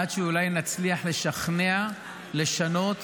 עד שאולי נצליח לשכנע לשנות.